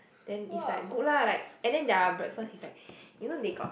then it's like good lah like and then their breakfast is like you now they got